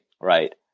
right